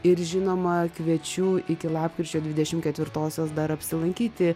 ir žinoma kviečiu iki lapkričio dvidešim ketvirtosios dar apsilankyti